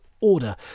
order